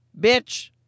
bitch